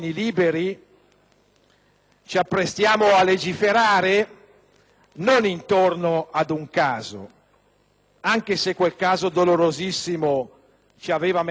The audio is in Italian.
ci apprestiamo a legiferare non intorno ad un caso, anche se quel caso dolorosissimo ci aveva messo fretta;